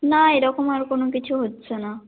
না এরকম আর কোনো কিছু হচ্ছে না